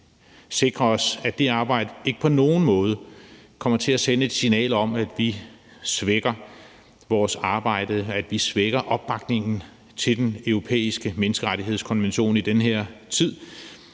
sikre os, at det arbejde ikke på nogen måde kommer til at sende et signal om, at vi svækker vores arbejde, at vi svækker opbakningen til Den Europæiske Menneskerettighedskonvention i den her tid,